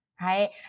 right